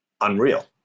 unreal